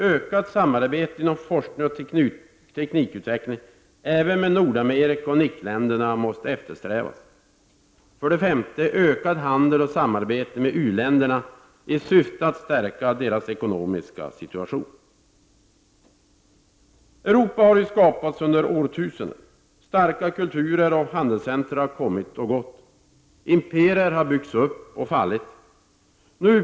Ökat samarbete inom forskning och teknikutveckling, även med Nordamerika och NIC-länderna, måste eftersträvas. 5. Ökad handel och samarbete med u-länderna i syfte att stärka deras ekonomiska situation. Europa har skapats under årtusenden. Starka kulturer och handelscentra har kommit och gått. Imperier har byggts upp och fallit.